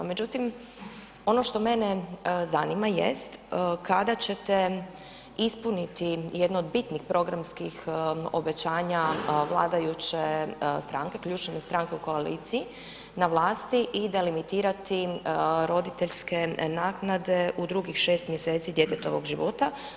Međutim, ono što mene zanima jest kada ćete ispuniti jedno od bitnih programskih obećanja vladajuće stranke, ključne stranke u koaliciji na vlasti i delimitirati roditeljske naknade u drugih 6 mjeseci djetetovog života.